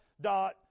dot